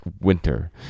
winter